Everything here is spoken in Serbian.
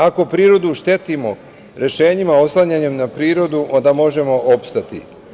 Ako prirodu štetimo rešenjima oslanjanjem na prirodu, onda možemo opstati.